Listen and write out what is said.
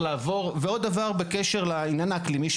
בעניין האקלימי,